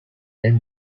and